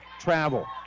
travel